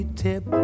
tip